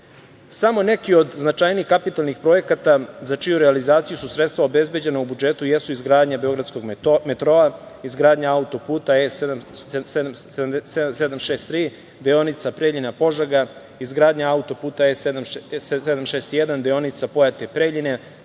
BDP.Samo neki od značajnih kapitalnih projekata, za čiju realizaciju su sredstva obezbeđena u budžetu jesu izgradnja Beogradskog metroa, izgradnja autoputa E 763, deonica Preljina-Požega, izgradnja autoputa E 761, deonica Pojate-Preljina,